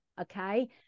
Okay